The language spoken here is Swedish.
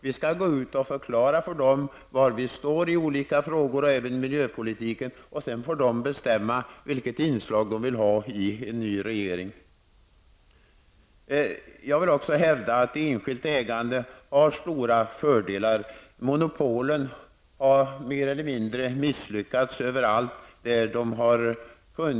Vi skall gå ut och förklara för väljarna var vi står i olika frågor, även när det gäller miljöpolitiken. Sedan får väljarna bestämma vilket inslag de vill ha i en ny regering. Jag vill också hävda att enskilt ägande har stora fördelar. Monopolen har mer eller mindre misslyckats överallt där de har funnits.